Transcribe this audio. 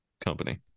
Company